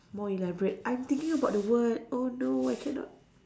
more elaborate I'm thinking about the word oh no I cannot